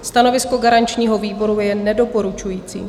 Stanovisko garančního výboru je nedoporučující.